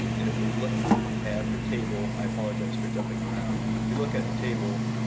and if we look at the table i apologize for jumping around. if we look at the table,